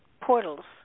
portals